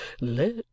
let